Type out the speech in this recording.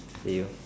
see you